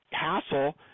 hassle